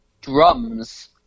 drums